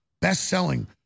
best-selling